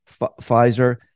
Pfizer